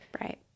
Right